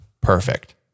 perfect